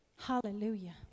Hallelujah